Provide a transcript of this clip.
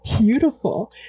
beautiful